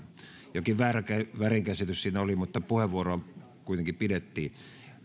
jokin väärinkäsitys siinä oli puheenvuoro kuitenkin pidettiin